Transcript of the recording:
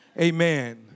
Amen